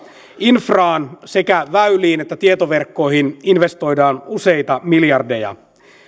infraan sekä väyliin että tietoverkkoihin investoidaan useita miljardeja